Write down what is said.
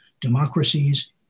Democracies